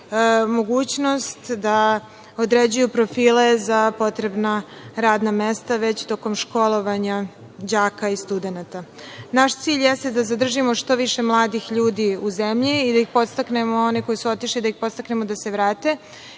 mogućnost da određuju profile za potrebna radna mesta već tokom školovanja đaka i studenata. Naš cilj jeste da zadržimo što više mladih ljudi u zemlji i da ih podstaknemo, one koji su otišli, da ih podstaknemo da se vrate. Ja